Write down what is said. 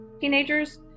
teenagers